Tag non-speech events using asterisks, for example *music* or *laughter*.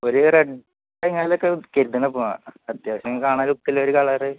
ഒരു റെഡ് *unintelligible* അത്യാവശ്യം കാണാൻ ലുക്കുള്ള ഒരു കളറ്